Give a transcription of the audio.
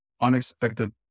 unexpected